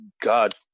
God